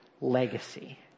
legacy